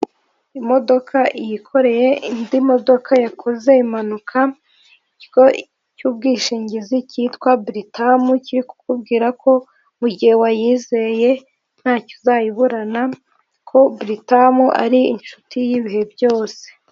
Imodoka yikoreye indi modoka yakoze impanuka ikigo cy'ubwishingizi cyitwa buritamu, kiri kukubwira ko mu gihe wayizeye ntacyo uzayiburana ko buritamu ari inshuti y'ibihe byose.